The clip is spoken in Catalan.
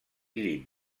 llim